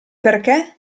perché